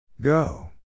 Go